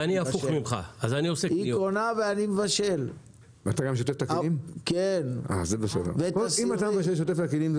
אני רוצה להגיד לך שהסכום הוא בערך 220. אם יש 750 מיליון בקבוקים,